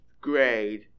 grade